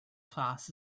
class